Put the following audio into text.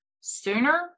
sooner